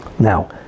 Now